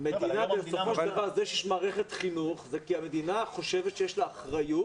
זה שיש מערכת חינוך זה כי המדינה חושבת שיש לה אחריות